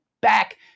back